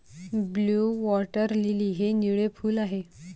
blue water lily हे निळे फूल आहे